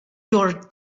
your